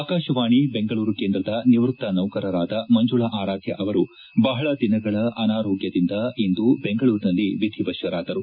ಆಕಾಶವಾಣಿ ಬೆಂಗಳೂರು ಕೇಂದ್ರದ ನೌಕರರಾದ ಮಂಜುಳಾ ಆರಾಧ್ಯ ಅವರು ಬಹಳ ದಿನಗಳ ಅನಾರೋಗ್ಟದಿಂದ ಇಂದು ಬೆಂಗಳೂರಿನಲ್ಲಿ ವಿಧಿವಶರಾದರು